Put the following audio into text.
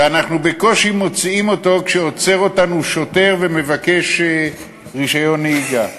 ואנחנו בקושי מוציאים אותו כשעוצר אותנו שוטר ומבקש רישיון נהיגה.